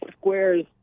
squares